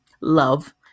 love